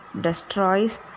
destroys